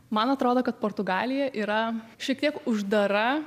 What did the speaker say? man atrodo kad portugalija yra šiek tiek uždara